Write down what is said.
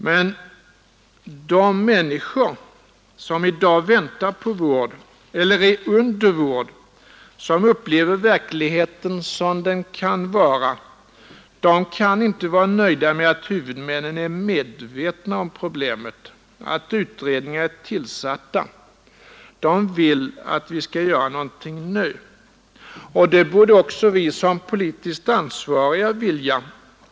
Men de människor som i dag väntar på vård eller är under vård, som upplever verkligheten sådan den kan vara, de kan inte vara nöjda med att huvudmännen bara är medvetna om problemet, att utredningar är tillsatta. De vill att vi skall göra någonting nu. Och det borde också vi som är politiskt ansvariga vilja.